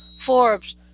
Forbes